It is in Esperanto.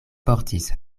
portis